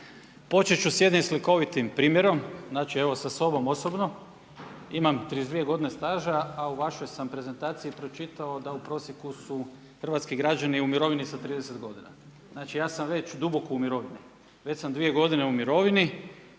Početi ću s jednim slikovitim primjerom, znači evo sa sobom osobno, imam 32 godine staža a u vašoj sam prezentaciji pročitao da u prosjeku su hrvatski građani u mirovini sa 30 godina. Znači ja sam već duboko u mirovini, već sam 2 godine u mirovini